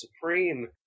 Supreme